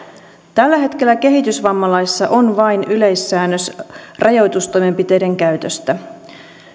tällä hetkellä kehitysvammalaissa on vain yleissäännös rajoitustoimenpiteiden käytöstä